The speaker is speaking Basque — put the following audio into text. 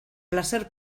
plazer